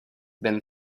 been